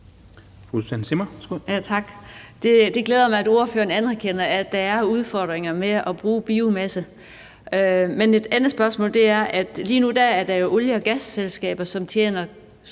Det glæder mig, at ordføreren anerkender, at der er udfordringer i at bruge biomasse. Men et andet spørgsmål: Lige nu er der jo olie- og gasselskaber, som tjener